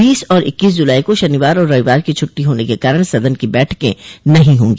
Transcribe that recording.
बीस और इक्कीस जुलाई को शनिवार और रविवार की छुट्टी होने के कारण सदन की बैठके नहीं होगी